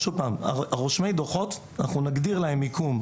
לרושמי דוחות אנחנו נגדיר מיקום,